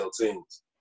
teams